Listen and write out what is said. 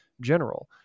general